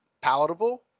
palatable